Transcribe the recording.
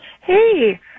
Hey